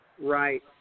Right